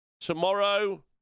Tomorrow